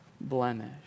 blemish